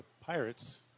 Pirates